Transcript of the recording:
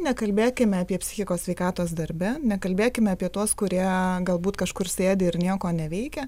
nekalbėkime apie psichikos sveikatos darbe nekalbėkime apie tuos kurie galbūt kažkur sėdi ir nieko neveikia